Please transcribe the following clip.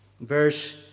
Verse